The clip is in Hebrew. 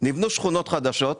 נבנו בהן שכונות חדשות,